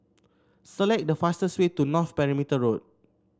select the fastest way to North Perimeter Road